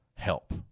help